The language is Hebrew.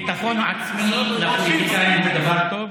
ביטחון עצמי לפוליטיקאים זה דבר טוב,